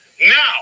Now